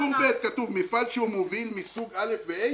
כתוב: "מפעל שהוא מוביל מסוג א' ו-ה'"